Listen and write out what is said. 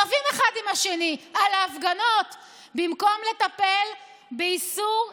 רבים אחד עם השני על ההפגנות במקום לטפל באיסור התקהלויות.